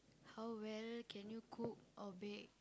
how well can you cook or bake